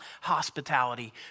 hospitality